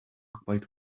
quite